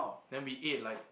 then we ate like